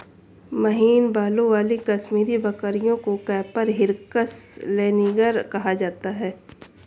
महीन बालों वाली कश्मीरी बकरियों को कैपरा हिरकस लैनिगर कहा जाता है